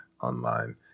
Online